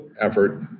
effort